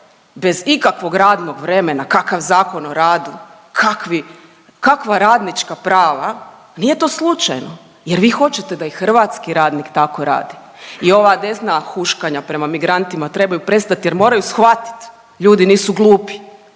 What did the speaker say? bez ikakvog radnog vremena. Kakav Zakon o radu, kakva radnička prava, nije to slučajno jer vi hoćete da i hrvatski radnik tako radi. I ova desna huškanja prema migrantima trebaju prestati jer moraju shvatit, ljudi nisu glupi,